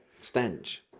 stench